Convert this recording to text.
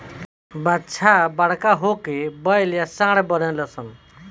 बाछा बड़का होके बैल या सांड बनेलसन